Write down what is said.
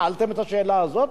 שאלתם את השאלה הזאת?